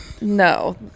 No